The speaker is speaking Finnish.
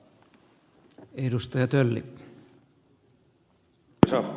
arvoisa puhemies